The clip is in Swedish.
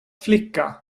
flicka